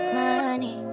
money